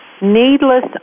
needless